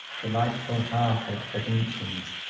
delightful half-apprehensions,